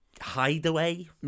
hideaway